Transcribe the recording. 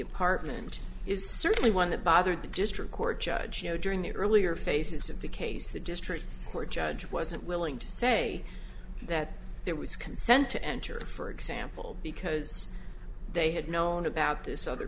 apartment is certainly one that bothered the district court judge you know during the earlier faces of the case the district court judge wasn't willing to say that there was consent to enter for example because they had known about this other